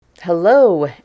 Hello